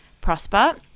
prosper